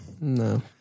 no